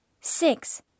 Six